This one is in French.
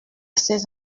ces